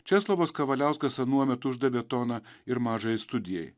česlovas kavaliauskas anuomet uždavė toną ir mažajai studijai